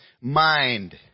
mind